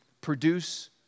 produce